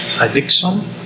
addiction